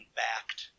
backed